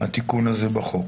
התיקון הזה בחוק.